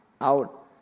out